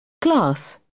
Class